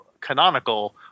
canonical